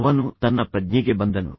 ಅವನು ತನ್ನ ಪ್ರಜ್ಞೆಗೆ ಬಂದನು